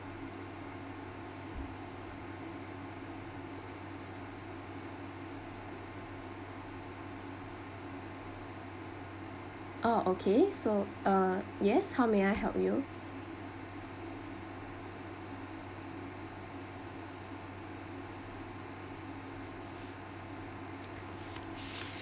oh okay so ah yes how may I help you